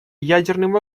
ядерным